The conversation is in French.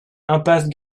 impasse